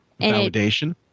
Validation